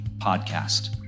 Podcast